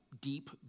deep